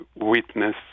witness